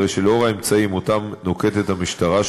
הרי שלאור האמצעים שנוקטת המשטרה,